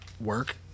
work